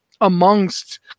amongst